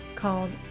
Called